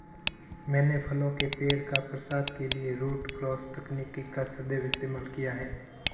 मैंने फलों के पेड़ का प्रसार के लिए रूट क्रॉस तकनीक का सदैव इस्तेमाल किया है